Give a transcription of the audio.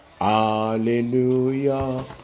hallelujah